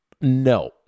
No